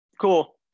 Cool